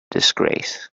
disgrace